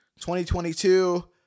2022